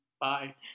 Bye